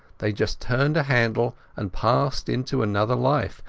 they just turned a handle and passed into another life,